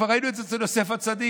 כבר ראינו את זה אצל יוסף הצדיק.